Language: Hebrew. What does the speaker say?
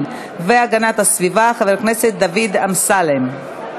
והגנת הסביבה חבר הכנסת דוד אמסלם.